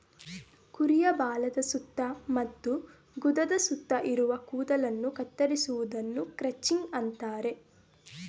ಕುರಿಯ ಬಾಲದ ಸುತ್ತ ಮತ್ತು ಗುದದ ಸುತ್ತ ಇರುವ ಕೂದಲನ್ನು ಕತ್ತರಿಸುವುದನ್ನು ಕ್ರಚಿಂಗ್ ಅಂತರೆ